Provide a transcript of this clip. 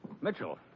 Mitchell